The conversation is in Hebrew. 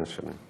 אין שינוי.